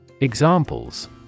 Examples